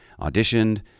auditioned